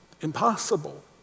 impossible